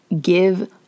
give